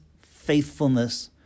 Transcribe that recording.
faithfulness